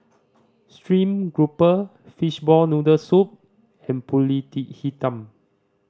stream grouper fishball noodle soup and Pulut Hitam